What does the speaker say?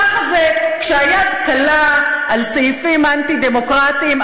ככה זה כשהיד קלה על סעיפים אנטי-דמוקרטיים,